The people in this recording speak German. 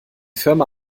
firma